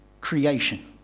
creation